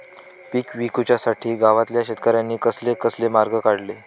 पीक विकुच्यासाठी गावातल्या शेतकऱ्यांनी कसले कसले मार्ग काढले?